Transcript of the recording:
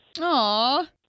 Aw